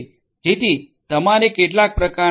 જેથી તમારે કેટલાક પ્રકારના એસ